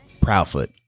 Proudfoot